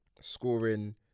Scoring